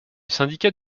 syndicat